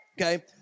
Okay